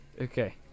okay